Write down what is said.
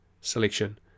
selection